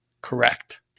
Correct